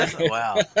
wow